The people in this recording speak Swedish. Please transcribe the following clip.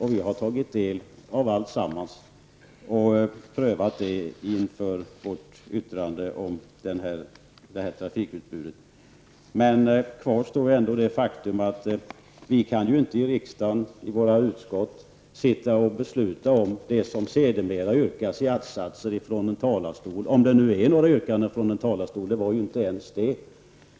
Vi har sedan tagit del av alltsammans och prövat det inför vårt yttrande om detta trafikutbud. Kvar står ändå det faktum att vi i riksdagens utskott inte kan besluta om det som sedermera yrkas i attsatser från en talarstol -- om det nu är fråga om yrkanden från talarstolen; det var ju inte ens det.